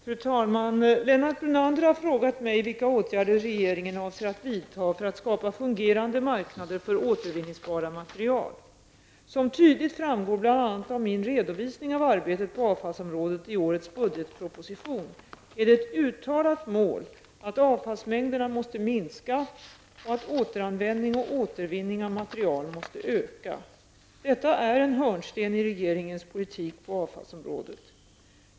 Fru talman! Lennart Brunander har frågat mig vilka åtgärder regeringen avser att vidta för att skapa fungerande marknader för återvinningsbara material. Som tydligt framgår bl.a. av min redovisning av arbetet på avfallsområdet i årets budgetproposition är det ett uttalat mål att avfallsmängderna måste minska och att återanvändning och återvinning av material måste öka. Detta är en hörnsten i regeringens politik på avfallsområdet.